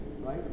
right